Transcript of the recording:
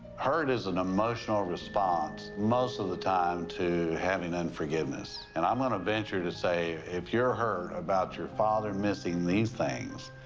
hurt is an emotional response most of the time to having unforgiveness, and i'm gonna venture to say if you're hurt about your father missing these things,